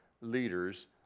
leaders